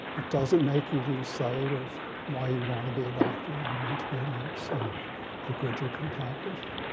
it doesn't make you lose sight of why you want to be a doctor or want to be a nurse and the good you can accomplish.